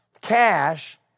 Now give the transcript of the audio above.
cash